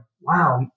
wow